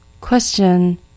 Question